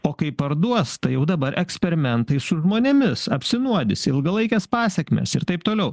o kai parduos tai jau dabar eksperimentai su žmonėmis apsinuodysi ilgalaikės pasekmės ir taip toliau